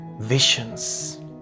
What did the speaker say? visions